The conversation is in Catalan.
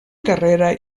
carretera